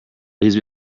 please